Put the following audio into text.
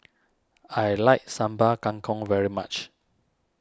I like Sambal Kangkong very much